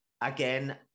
again